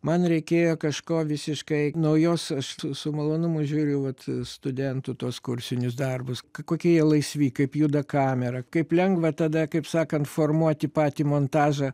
man reikėjo kažko visiškai naujos aš su su malonumu žiūriu vat studentų tuos kursinius darbus kokie jie laisvi kaip juda kamera kaip lengva tada kaip sakant formuoti patį montažą